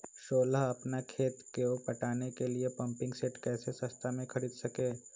सोलह अपना खेत को पटाने के लिए पम्पिंग सेट कैसे सस्ता मे खरीद सके?